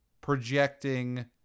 projecting